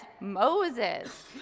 Moses